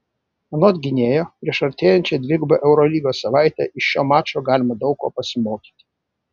anot gynėjo prieš artėjančią dvigubą eurolygos savaitę iš šio mačo galima daug ko pasimokyti